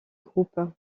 groupe